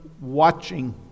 watching